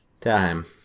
time